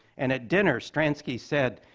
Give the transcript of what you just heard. and at dinner, stransky said,